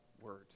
word